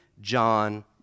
John